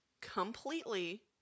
completely